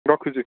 ରଖୁଛି